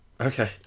Okay